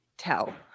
tell